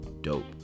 Dope